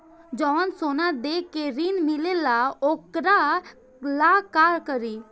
जवन सोना दे के ऋण मिलेला वोकरा ला का करी?